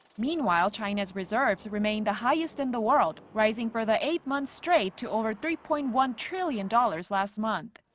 meanwhile china's reserves remained the highest in the world, rising for the eighth month straight to over three point one trillion dollars last month.